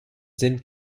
sind